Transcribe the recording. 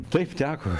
taip teko